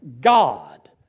God